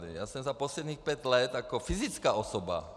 Já jsem za posledních pět let jako fyzická osoba...